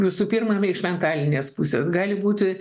visu pirma jinai iš mentalinės pusės gali būti